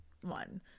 one